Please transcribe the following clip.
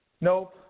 Nope